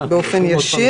באופן ישיר.